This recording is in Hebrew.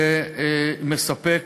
ומספק,